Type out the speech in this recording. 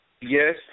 Yes